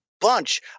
bunch